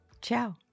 Ciao